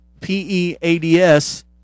PEADS